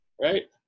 right